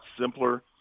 simpler